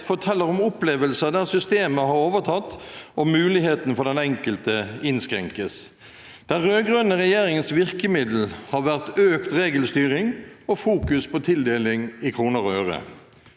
forteller om opplevelser der systemet har overtatt, og muligheten for den enkelte innskrenkes. Den rød-grønne regjeringens virkemiddel har vært økt regelstyring og fokus på tildeling i kroner